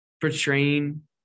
portraying